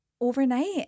Overnight